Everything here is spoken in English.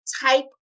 type